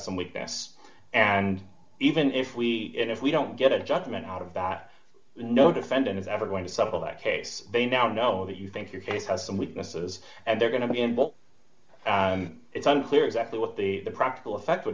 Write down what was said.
some weakness and even if we if we don't get a judgment out of that no defendant is ever going to settle that case they now know that you think your case has some weaknesses and they're going to be in but it's unclear exactly what the practical effect would